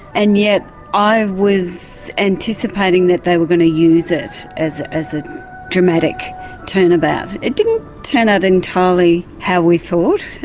and yet i was anticipating that they were going to use it as as a dramatic turnabout. it didn't turn out entirely how we thought.